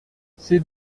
ces